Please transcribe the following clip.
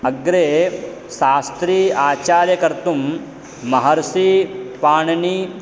अग्रे शास्त्री आचार्यकर्तुं महर्षिपाणिनी